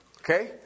Okay